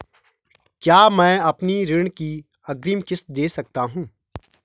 क्या मैं अपनी ऋण की अग्रिम किश्त दें सकता हूँ?